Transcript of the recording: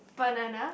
banana